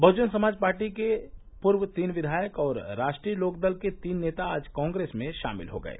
बहुजन Samaj Party के पूर्व तीन विधायक और राष्ट्रीय लोकदल के तीन नेता आज कांग्रेस में शामिल हो गये